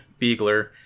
beagler